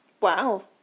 Wow